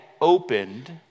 opened